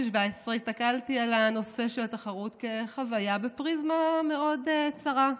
17 הסתכלתי על הנושא של התחרות כחוויה בפריזמה מאוד צרה,